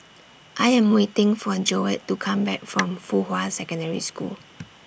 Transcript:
I Am waiting For Joette to Come Back from Fuhua Secondary School